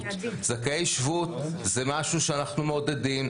זכאי שבות זה משהו שאנחנו מעודדים.